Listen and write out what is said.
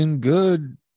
good